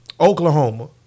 Oklahoma